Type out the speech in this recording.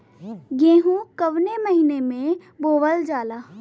गेहूँ कवने महीना में बोवल जाला?